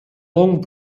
long